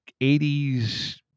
80s